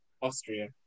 Austria